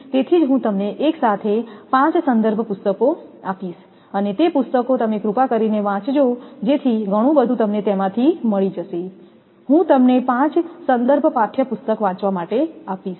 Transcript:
તેથી જ હું તમને એકસાથે 5 સંદર્ભ પુસ્તકો આપીશ અને તે પુસ્તકો તમે કૃપા કરીને વાંચજો જેથી ઘણું બધું તમને તેમાંથી મળી જશે હું તમને 5 સંદર્ભ પાઠયપુસ્તક વાંચવા માટે આપીશ